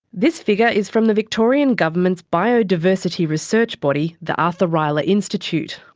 this figure is from the victorian government's biodiversity research body, the arthur rylah institute.